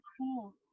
cool